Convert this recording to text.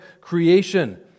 creation